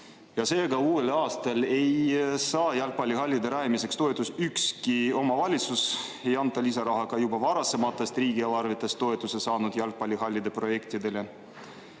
Seega, uuel aastal ei saa jalgpallihallide rajamiseks toetust ükski omavalitsus, ei anta lisaraha ka juba varasematest riigieelarvetest toetuse saanud jalgpallihallide projektidele.